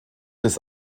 des